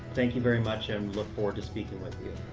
thank you very much and we look forward to speaking with you.